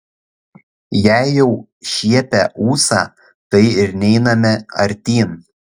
jei jau šiepia ūsą tai ir neiname artyn